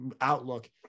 outlook